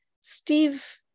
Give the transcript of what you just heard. Steve